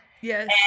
Yes